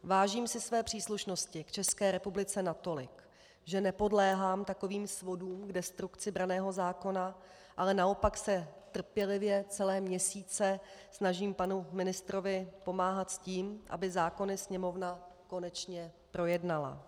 Vážím si své příslušnosti k České republice natolik, že nepodléhám takovým svodům k destrukci branného zákona, ale naopak se trpělivě celé měsíce snažím panu ministrovi pomáhat s tím, aby zákony Sněmovna konečně projednala.